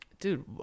dude